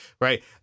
right